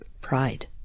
Pride